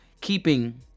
keeping